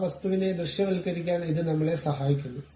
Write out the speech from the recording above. ആ വസ്തുവിനെ ദൃശ്യവൽക്കരിക്കാൻ ഇത് നമ്മളെ സഹായിക്കുന്നു